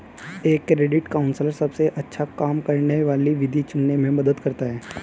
एक credit counsellor सबसे अच्छा काम करने वाली विधि चुनने में मदद करता है